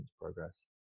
progress